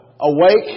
awake